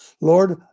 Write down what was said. Lord